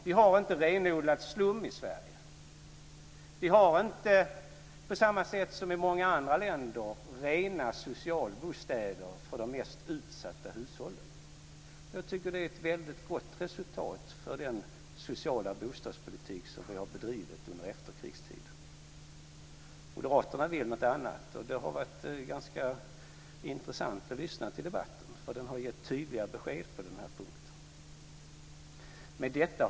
Vi har inte någon renodlad slum i Sverige och vi har inte på samma sätt som i många andra länder rena socialbostäder för de mest utsatta hushållen. Jag tycker att det är ett väldigt gott resultat för den sociala bostadspolitik som vi har bedrivit under efterkrigstiden. Moderaterna vill något annat. Det har, som sagt, varit ganska intressant att lyssna till debatten, som har gett tydliga besked på den här punkten.